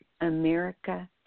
America